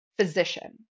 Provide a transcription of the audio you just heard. physician